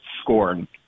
scorn